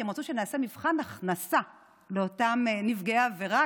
כי הם רצו שנעשה מבחן הכנסה לאותם נפגעי עבירה,